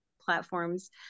platforms